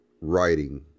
writing